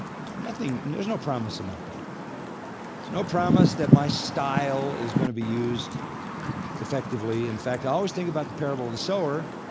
nothing. there's no promise about that. there's no promise that my style is going to be used effectively. in fact, i always think about the parable of the sower.